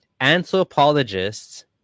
Anthropologists